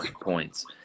points